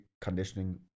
conditioning